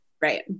Right